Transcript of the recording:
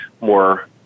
more